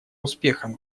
успехом